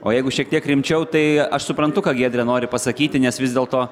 o jeigu šiek tiek rimčiau tai aš suprantu ką giedrė nori pasakyti nes vis dėlto